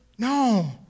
No